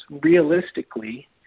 Realistically